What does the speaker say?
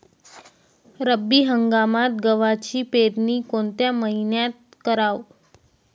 रब्बी हंगामात गव्हाची पेरनी कोनत्या मईन्यात कराव?